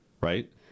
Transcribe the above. right